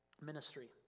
ministry